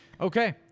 Okay